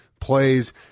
plays